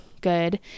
good